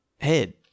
head